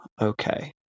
Okay